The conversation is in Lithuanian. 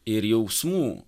ir jausmų